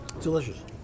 Delicious